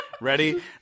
ready